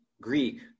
Greek